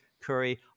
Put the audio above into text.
Curry